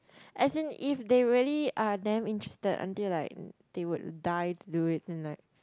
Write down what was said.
as in if they really are damn interested until like they would die to do it then like